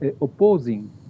opposing